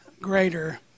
greater